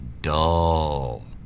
Dull